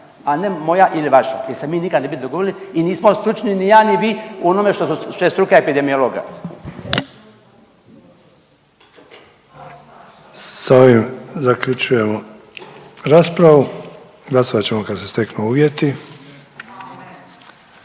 a ne moja ili vaša. Jer se mi ne bi nikada dogovorili i nismo stručni ni ja, ni vi u onome što je struka epidemiologa. **Sanader, Ante (HDZ)** S ovim zaključujemo raspravu. Glasovat ćemo kada se steknu uvjeti.